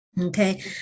Okay